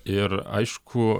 ir aišku